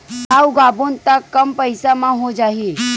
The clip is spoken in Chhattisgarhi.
का उगाबोन त कम पईसा म हो जाही?